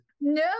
No